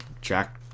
Jack